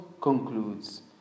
concludes